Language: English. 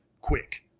quick